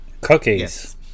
Cookies